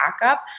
backup